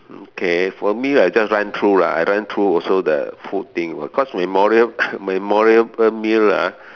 okay for me I just run through lah I run through also the food thing because memora~ memorable meal ah